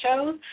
shows